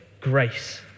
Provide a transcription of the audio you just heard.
grace